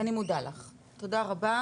אני מודה לך, תודה רבה.